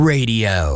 Radio